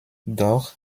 doch